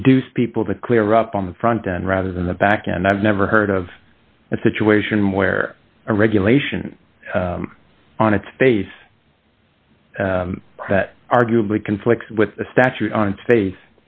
induce people to clear up on the front end rather than the back and i've never heard of a situation where a regulation on its face that arguably conflicts with the statute on its face